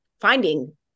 finding